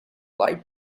light